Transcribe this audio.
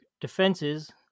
defenses